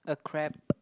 a crap